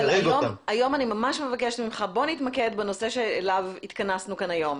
אבל היום אני ממש מבקשת ממך: בוא נתמקד בנושא שאליו התכנסנו כאן היום.